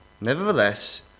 Nevertheless